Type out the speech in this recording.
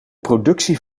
productie